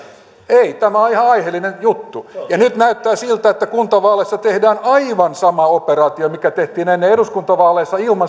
ei tämä on ihan aiheellinen juttu ja nyt näyttää siltä että kuntavaaleissa tehdään aivan sama operaatio mikä tehtiin ennen eduskuntavaaleissa ilman